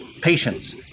Patience